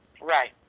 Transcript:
Right